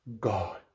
God